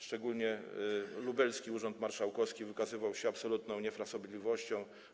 Szczególnie lubelski urząd marszałkowski wykazywał się absolutną niefrasobliwością.